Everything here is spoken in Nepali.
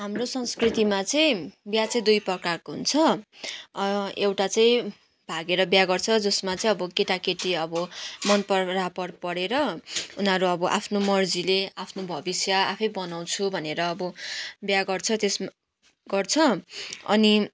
हाम्रो संस्कृतिमा चाहिँ बिहा चाहिँ दुई प्रकारको हुन्छ एउटा चाहिँ भागेर बिहा गर्छ जसमा चाहिँ अब केटा केटी अब मन परापर परेर उनीहरू अब आफ्नो मर्जीले आफ्नो भविष्य आफै बनाउँछु भनेर अब बिहा गर्छ त्यसमा गर्छ अनि